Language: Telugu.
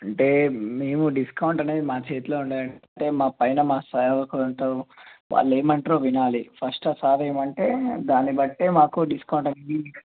అంటే మేము డిస్కౌంట్ అనేది మా చేతిలో ఉండడు అంటే మా పైన మా సార్ ఒకరు ఉంటారు వాళ్ళు ఏమంటర్రో వినాలి ఫస్ట్ ఆ సార్ ఏమంటే దాన్ని బట్టి మాకు డిస్కౌంట్ అనేది